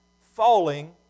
falling